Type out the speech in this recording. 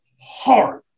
hard